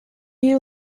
you